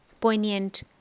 poignant